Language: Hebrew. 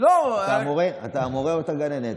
אתה מורה או שאתה גננת?